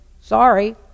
sorry